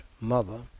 mother